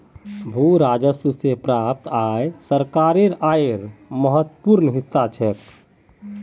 भू राजस्व स प्राप्त आय सरकारेर आयेर महत्वपूर्ण हिस्सा छेक